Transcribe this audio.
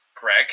Greg